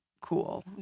cool